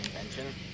invention